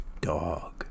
Dog